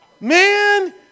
man